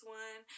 one